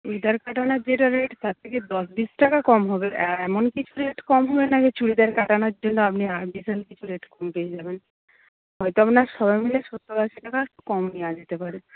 চুড়িদার কাটানার যেটা রেট তার থেকে দশ বিশ টাকা কম হবে এমন কিছু রেট কম হবে না যে চুড়িদার কাটানোর জন্য আপনি বিশাল কিছু রেট কম পেয়ে যাবেন হয়তো আপনার সব মিলে সত্তর আশি টাকা কম নেওয়া যেতে পারে